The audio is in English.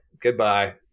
Goodbye